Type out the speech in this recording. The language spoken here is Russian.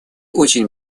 очень